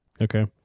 Okay